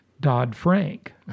Dodd-Frank